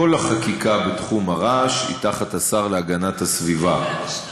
כל החקיקה בתחום הרעש היא תחת השר להגנת הסביבה,